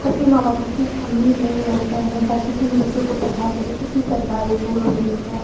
सब कि माँ बाप इतनी अमीर नहीं होते हैं ताकि उन बच्चों को पढ़ा सकें इसलिए सरकारी इस्कूलों में भेजते हैं